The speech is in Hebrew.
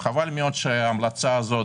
חבל מאוד שההמלצה הזו